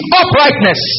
uprightness